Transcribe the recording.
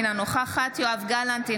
אינה נוכחת יואב גלנט,